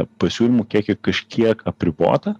pasiūlymų kiekį kažkiek apribotą